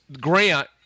grant